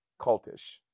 cultish